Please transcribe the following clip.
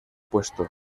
puesto